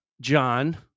John